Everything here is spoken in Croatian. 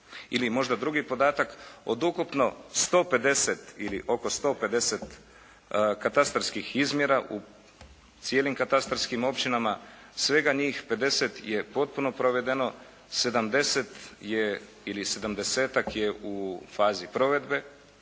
Ili možda drugi podatak, od ukupno 150 ili oko 150 katastarskih izmjera u cijelim katastarskim općinama svega njih 50 je potpuno provedeno, 70 je ili